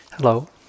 Hello